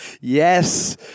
Yes